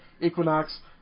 Equinox